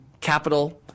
capital